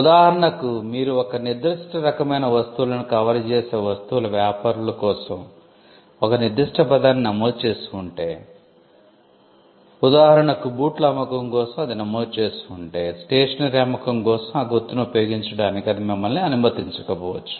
ఉదాహరణకు మీరు ఒక నిర్దిష్ట రకమైన వస్తువులను కవర్ చేసే వస్తువుల వ్యాపారం కోసం ఒక నిర్దిష్ట పదాన్ని నమోదు చేసి ఉంటే ఉదాహరణకు బూట్లు అమ్మకం కోసం అది నమోదుచేసి ఉంటే స్టేషనరీ అమ్మకం కోసం ఆ గుర్తును ఉపయోగించడానికి అది మిమ్మల్ని అనుమతించకపోవచ్చు